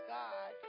god